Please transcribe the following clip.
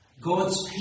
God's